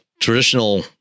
traditional